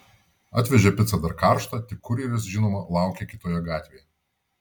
atvežė picą dar karštą tik kurjeris žinoma laukė kitoje gatvėje